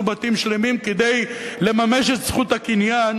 בתים שלמים כדי לממש את זכות הקניין,